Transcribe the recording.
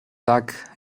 tak